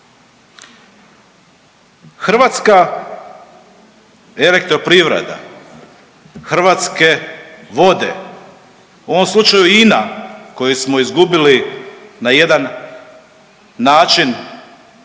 Hrvatska elektroprivreda, Hrvatske vode, u ovom slučaju INA koju smo izgubili na jedan način